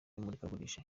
imurikagurisha